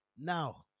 Now